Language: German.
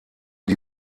die